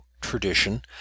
tradition